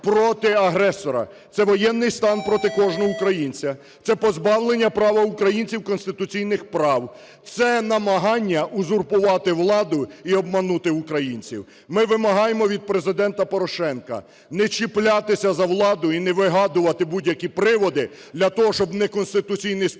проти агресора, це воєнний стан проти кожного українця. Це позбавлення права українців конституційних прав, це намагання узурпувати владу і обманути українців. Ми вимагаємо від Президента Порошенка не чіплятися за владу і не вигадувати будь-які приводи для того, щоб в неконституційних спосіб отримати